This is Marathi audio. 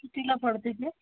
कितीला पडते ते